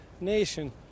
nation